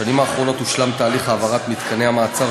בשנים האחרונות הושלם תהליך העברת מתקני המעצר